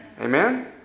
Amen